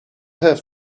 have